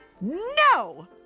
no